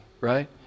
right